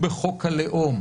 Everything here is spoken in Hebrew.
הוא לא הוכנס בכוונת מכוון.